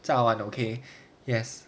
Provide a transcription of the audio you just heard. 炸 [one] okay yes